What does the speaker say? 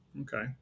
Okay